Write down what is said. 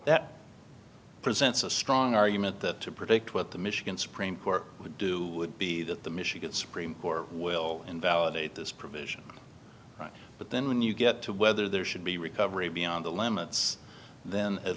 that presents a strong argument that to predict what the michigan supreme court would do would be that the michigan supreme court will invalidate this provision but then when you get to whether there should be recovery beyond the limits then at